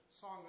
song